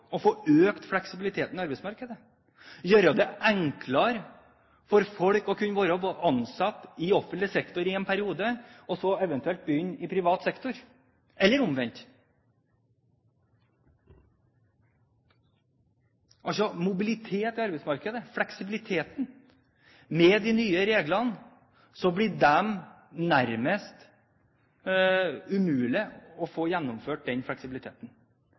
å få økt fleksibilitet i arbeidsmarkedet, gjøre det enklere for folk å kunne være ansatt i offentlig sektor i én periode og så eventuelt begynne i privat sektor, eller omvendt. Mobilitet i arbeidsmarkedet, fleksibilitet, vil med de nye reglene nærmest bli umulig å få gjennomført.